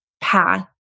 path